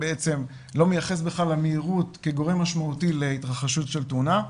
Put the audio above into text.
לא מייחס בכלל למהירות גורם משמעותי להתרחשות של תאונה,